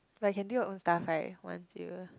but you can do your own stuff right once you